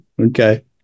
Okay